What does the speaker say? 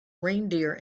reindeer